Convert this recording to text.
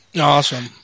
Awesome